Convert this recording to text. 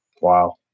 Wow